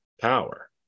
power